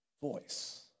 voice